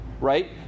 right